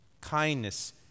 kindness